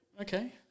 Okay